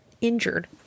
injured